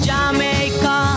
Jamaica